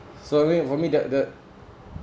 so I mean for me that the